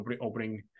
opening